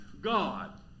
God